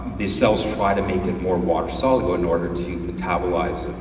the cells try to make it more water soluble in order to metabolize.